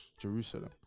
Jerusalem